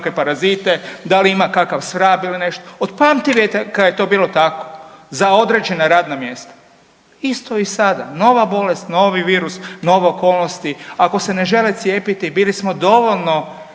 da li ima kakav svrab ili nešto, od pamtivijeka je to bilo tako za određena radna mjesta. Isto i sada, nova bolest, novi virus, nove okolnosti. Ako se ne žele cijepiti bili smo dovoljno